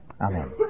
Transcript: Amen